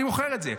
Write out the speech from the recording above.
אני מוכר את זה.